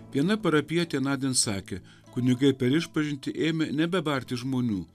viena parapijietė nadin sakė kunigai per išpažintį ėmė nebebarti žmonių